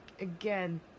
again